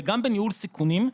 וגם בניהול סיכונים,